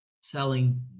selling